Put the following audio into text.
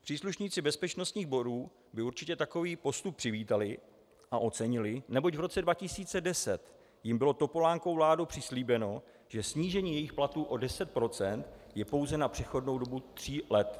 Příslušníci bezpečnostních sborů by určitě takový postup přivítali a ocenili, neboť v roce 2010 jim bylo Topolánkovou vládou přislíbeno, že snížení jejich platů o 10 % je pouze na přechodnou dobu tří let.